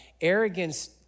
arrogance